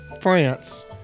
France